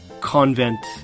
convent